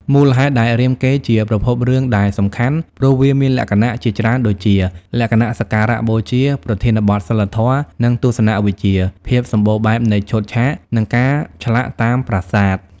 មូលហេតុដែលរាមកេរ្តិ៍ជាប្រភពរឿងដែលសំខាន់ព្រោះវាមានលក្ខណៈជាច្រើនដូចជា លក្ខណៈសក្ការៈបូជា ប្រធានបទសីលធម៌ និងទស្សនវិជ្ជា ភាពសម្បូរបែបនៃឈុតឆាក នឹងការឆ្លាក់តាមប្រាសាទ ។